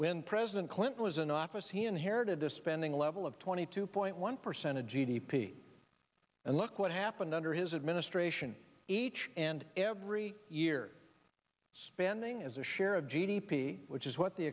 when president clinton was in office he inherited a spending level of twenty two point one percent of g d p and look what happened under his administration each and every year spending as a share of g d p which is what the